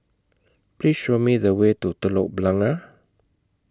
Please Show Me The Way to Telok Blangah